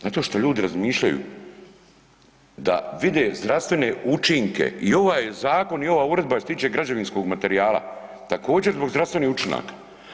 Zato što ljudi razmišljaju da vide zdravstvene učinke i ovaj zakon i ova uredba je što se tiče građevinskog materijala također zbog zdravstvenih učinaka.